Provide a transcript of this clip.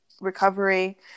recovery